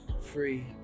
free